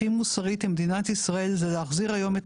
הכי מוסרית למדינת ישראל זה להחזיר היום את